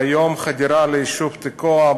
והיום חדירה ליישוב תקוע,